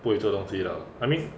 不会做东西的 I mean